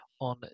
on